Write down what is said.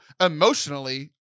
emotionally